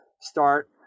start